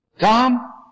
Tom